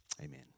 amen